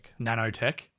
nanotech